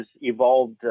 evolved